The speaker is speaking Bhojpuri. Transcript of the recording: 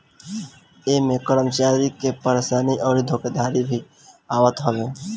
इमें कर्मचारी के परेशानी अउरी धोखाधड़ी भी आवत हवे